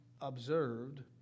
observed